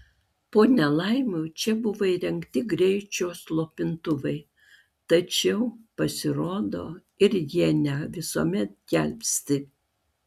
po nelaimių čia buvo įrengti greičio slopintuvai tačiau pasirodo ir jie ne visuomet gelbsti